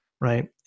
right